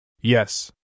Yes